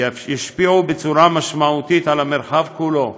ישפיעו בצורה משמעותית על המרחב כולו,